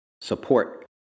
support